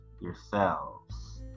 yourselves